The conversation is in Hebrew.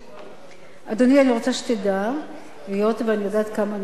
היות שאני יודעת עד כמה הנושא קרוב ללבך,